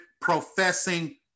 professing